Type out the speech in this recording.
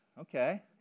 okay